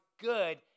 good